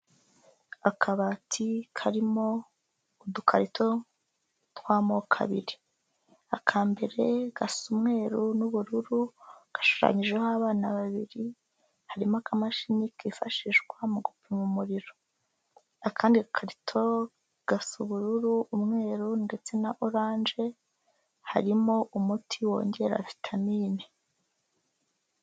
Akabati karimo udukarito tw'amoko abiri, aka mbere gasa umweru n'ubururu, gashushanyijeho abana babiri, harimo akamashini kifashishwa mu gupima umuriro, akandi karito gasa ubururu, umweru ndetse na orange, harimo umuti wongera vitamine.